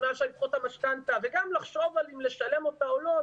אם היה אפשר לדחות את המשכנתא וגם לחשוב האם לשלם אותה או לא,